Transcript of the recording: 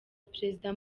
perezida